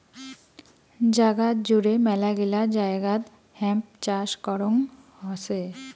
জাগাত জুড়ে মেলাগিলা জায়গাত হেম্প চাষ করং হসে